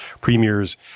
premiers